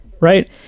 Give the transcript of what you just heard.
Right